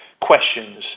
questions